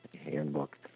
handbook